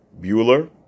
Bueller